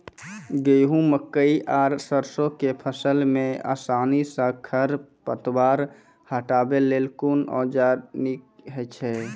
गेहूँ, मकई आर सरसो के फसल मे आसानी सॅ खर पतवार हटावै लेल कून औजार नीक है छै?